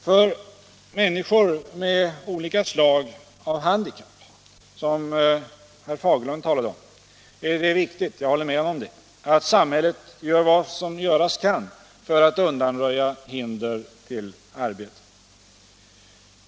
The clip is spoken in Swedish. För människor med olika slag av handikapp är det viktigt — jag håller med herr Fagerlund om det — att samhället gör vad som göras kan för att undanröja hinder för arbete.